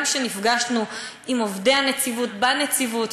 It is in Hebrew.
גם נפגשנו עם עובדי הנציבות בניצבות,